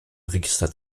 register